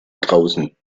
draußen